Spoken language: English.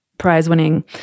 prize-winning